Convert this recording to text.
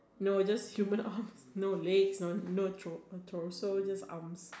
no just human arms no legs no no tor~ torso just arms